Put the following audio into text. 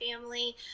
family